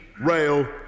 Rail